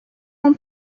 اون